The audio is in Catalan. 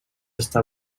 està